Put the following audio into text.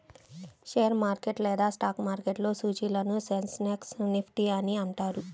share market లేదా stock మార్కెట్లో సూచీలను సెన్సెక్స్, నిఫ్టీ అని అంటారు